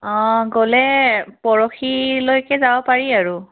অঁ গ'লে পৰহিলৈকে যাব পাৰি আৰু